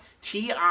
TI